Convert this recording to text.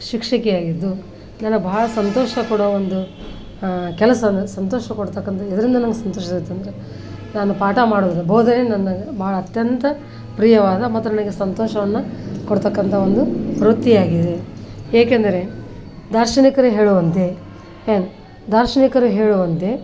ಶಿಕ್ಷಕಿಯಾಗಿದ್ದು ನನ್ನ ಬಹಳ ಸಂತೋಷ ಕೊಡೋ ಒಂದು ಕೆಲಸ ಅಂದರೆ ಸಂತೋಷ ಕೊಡ್ತಕಂಥ ಇದರಿಂದ ನಂಗೆ ಸಂತೋಷ ಆಯಿತು ಅಂದರೆ ನಾನು ಪಾಠ ಮಾಡೋದು ಬೋಧನೆ ನನ್ನ ಬಹಳ ಅತ್ಯಂತ ಪ್ರಿಯವಾದ ಮತ್ತು ನನಗೆ ಸಂತೋಷವನ್ನು ಕೊಡ್ತಕ್ಕಂಥ ಒಂದು ವೃತ್ತಿಯಾಗಿದೆ ಏಕೆಂದರೆ ದಾರ್ಶನಿಕರು ಹೇಳುವಂತೆ ಏನು ದಾರ್ಶನಿಕರು ಹೇಳುವಂತೆ